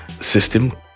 system